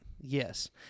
yes